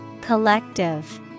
Collective